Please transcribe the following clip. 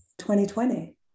2020